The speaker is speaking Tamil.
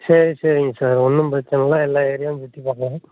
சரி சரிங்க சார் ஒன்றும் பிரச்சின இல்லை எல்லா ஏரியாவும் சுற்றிப் பார்த்தர்லாம்